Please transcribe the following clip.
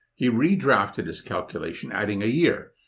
he redrafted his calculation adding a year,